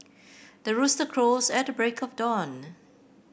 the rooster crows at the break of dawn